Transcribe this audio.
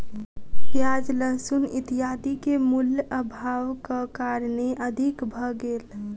प्याज लहसुन इत्यादि के मूल्य, अभावक कारणेँ अधिक भ गेल